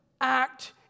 act